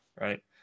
right